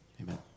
amen